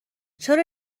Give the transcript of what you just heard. چرا